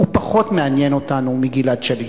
הוא פחות מעניין אותנו מגלעד שליט.